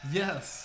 yes